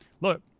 Look